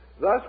Thus